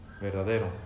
verdadero